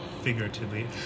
figuratively